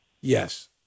Yes